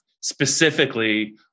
specifically